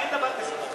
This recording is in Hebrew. אין דבר כזה.